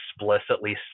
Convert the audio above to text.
explicitly